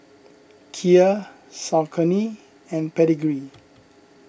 Kia Saucony and Pedigree